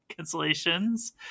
cancellations